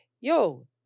Yo